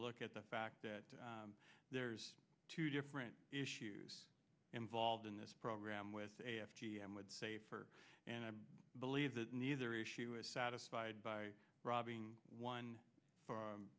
look at the fact that there's two different issues involved in this program with a f t m would say for and i believe that neither issue is satisfied by robbing one or